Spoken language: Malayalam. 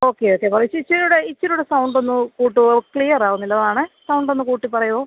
ഓക്കെ ഓക്കെ കുറച്ച് ഇച്ചിരികൂടെ സൗണ്ട് ഒന്ന് കൂട്ടുവോ ക്ലിയർ ആവുന്നില്ല അതാണേ സൗണ്ട് ഒന്ന് കൂട്ടി പറയുവോ